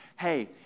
hey